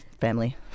family